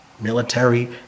military